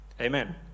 Amen